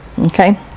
okay